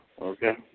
Okay